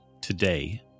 today